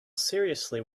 seriously